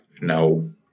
No